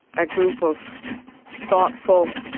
a group of thoughtful